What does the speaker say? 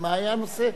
מה היה הנושא?